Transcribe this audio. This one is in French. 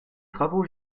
travaux